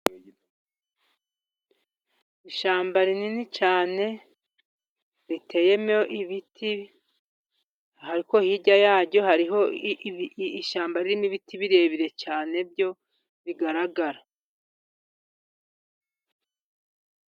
Ishyamba rinini cyane riteyemo ibiti, ariko hirya yaryo hariho ishyamba ririmo ibiti birebire cyane byo bigaragara.